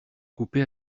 coupé